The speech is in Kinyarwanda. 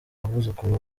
abuzukuru